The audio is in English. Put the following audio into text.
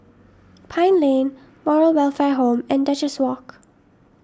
Pine Lane Moral Welfare Home and Duchess Walk